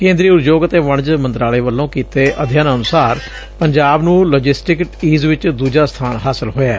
ਕੇਂਦਰੀ ਉਦਯੋਗ ਅਤੇ ਵਣਜ ਮੰਤਰਾਲੇ ਵੱਲੋਂ ਕੀਤੇ ਅਧਿਐਨ ਅਨੁਸਾਰ ਪੰਜਾਬ ਨੂੰ ਲੌਜ਼ਿਸਟਿਕ ਈਜ਼ ਵਿੱਚ ਦੁਜਾ ਸਥਾਨ ਹਾਸਲ ਹੋਇਐ